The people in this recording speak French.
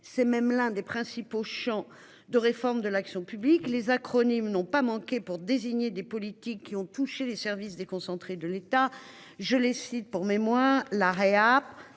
C'est même l'un des principaux champs de réforme de l'action publique. Les acronymes n'ont pas manqué pour désigner des politiques qui ont touché les services déconcentrés de l'État. Je les cite pour mémoire, la rehab